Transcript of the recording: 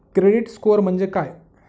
Credit score म्हणजे काय?